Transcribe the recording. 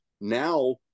Now